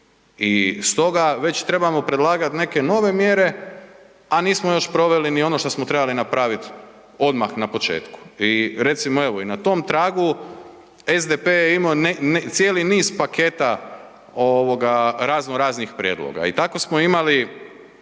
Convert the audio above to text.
I stoga već trebamo predlagat neke nove mjere, a nismo još proveli ni ono što smo trebali napravit odmah na početku. I recimo, evo i na tom tragu SDP je imao cijeli niz paketa ovoga razno raznih prijedloga. I tako smo imali